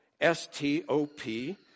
S-T-O-P